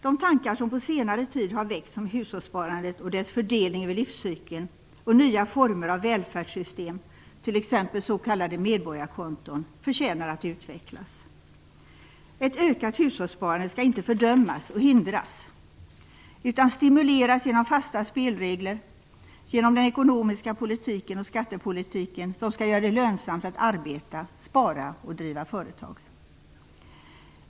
De tankar som på senare tid har väckts om hushållssparandet och dess fördelning över livscykeln och nya former av välfärdssystem, t.ex. s.k. medborgarkonton, förtjänar att utvecklas. Ett ökat hushållssparande skall inte fördömas och hindras utan stimuleras genom fasta spelregler, genom den ekonomiska politiken och skattepolitiken som skall göra det lönsamt att arbeta, spara och driva företag.